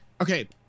Okay